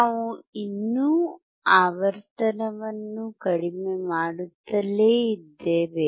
ನಾವು ಇನ್ನೂ ಆವರ್ತನವನ್ನು ಕಡಿಮೆ ಮಾಡುತ್ತಲೇ ಇದ್ದೇವೆ